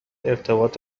ارتباط